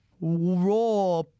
raw